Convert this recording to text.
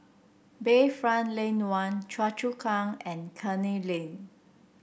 Bayfront Lane One Choa Chu Kang and Canning Lane